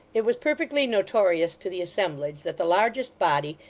it was perfectly notorious to the assemblage that the largest body,